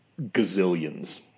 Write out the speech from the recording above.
gazillions